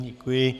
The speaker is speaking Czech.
Děkuji.